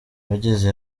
bageze